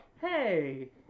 hey